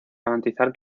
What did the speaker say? garantizar